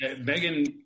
Megan